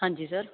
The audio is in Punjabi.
ਹਾਂਜੀ ਸਰ